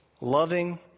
loving